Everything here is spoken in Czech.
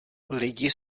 lidi